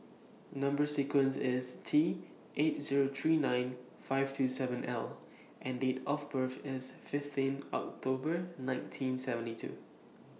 Number sequence IS T eight Zero three nine five two seven L and Date of birth IS fifteen October nineteen seventy two